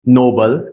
noble